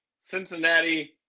Cincinnati